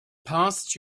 past